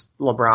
LeBron